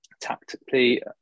tactically